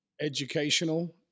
educational